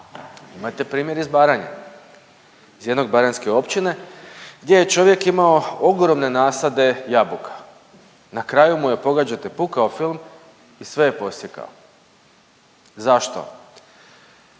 Imate primjer iz Baranje, iz jedne baranjske općine gdje je čovjek imao ogromne nasade jabuka, na kraju mu je, pogađate, pukao film i sve je posjekao. Zašto?